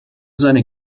seine